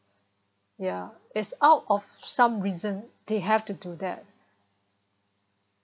ya is out of some reason they have to do that